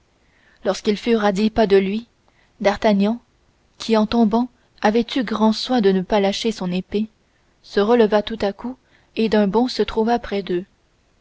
lorsqu'ils furent à dix pas de lui d'artagnan qui en tombant avait eu grand soin de ne pas lâcher son épée se releva tout à coup et d'un bond se trouva près d'eux